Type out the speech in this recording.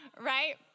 right